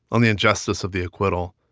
on the injustice of the acquittal.